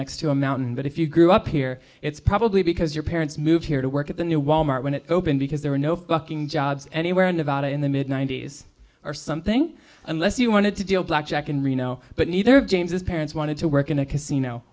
next to a mountain but if you grew up here it's probably because your parents moved here to work at the new wal mart when it opened because there were no fucking jobs anywhere in nevada in the mid ninety's or something unless you wanted to deal blackjack in reno but neither james's parents wanted to work in a casino